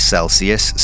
Celsius